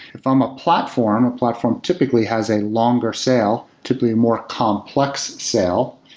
from ah platform, a platform typically has a longer sale, typically a more complex sale.